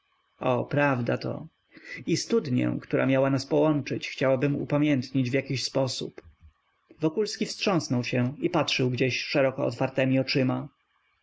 o prawda to i studnię która miała nas połączyć chciałabym upamiętnić w jakiś sposób wokulski wstrząsnął się i patrzył gdzieś szeroko otwartemi oczyma